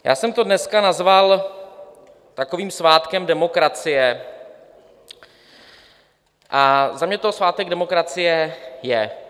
Já jsem to dneska nazval takovým svátkem demokracie a za mě to svátek demokracie je.